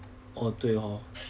oh 对 orh